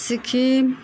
Sikkim